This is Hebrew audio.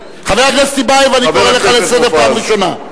חבר הכנסת טיבייב, אני קורא לך לסדר פעם ראשונה.